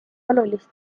olulist